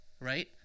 Right